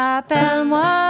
Appelle-moi